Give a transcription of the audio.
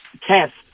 test